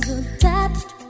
attached